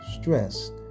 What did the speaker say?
stress